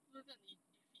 不叫你 defeat